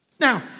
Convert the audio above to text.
Now